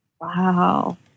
wow